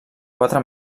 quatre